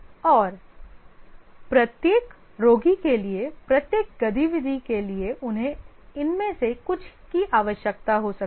और प्रत्येक रोगी के लिए प्रत्येक गतिविधि के लिए उन्हें इनमें से कुछ की आवश्यकता हो सकती है